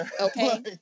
okay